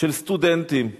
של סטודנטים,